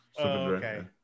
okay